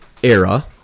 era